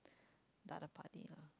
the other party lah